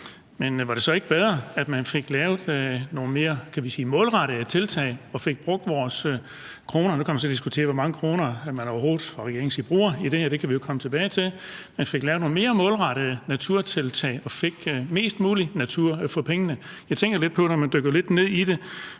Men var det så ikke bedre, at man fik lavet nogle mere målrettede tiltag og fik brugt vores kroner – nu kan man så diskutere, hvor mange kroner man overhovedet fra regeringens side bruger på det her, men det kan vi jo komme tilbage til – så vi fik mest muligt natur for pengene? Når man dykker lidt ned i det,